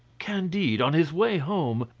candide, on his way home,